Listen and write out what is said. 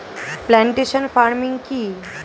Plantation farming কি?